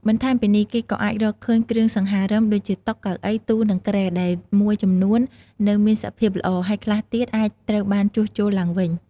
បន្ថែមពីនេះ គេក៏អាចរកឃើញ គ្រឿងសង្ហារិម ដូចជាតុ កៅអី ទូ និងគ្រែ ដែលមួយចំនួននៅមានសភាពល្អ ហើយខ្លះទៀតអាចត្រូវបានជួសជុលឡើងវិញ។